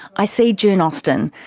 i see june austen.